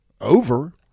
over